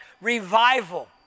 revival